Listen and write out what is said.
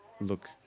look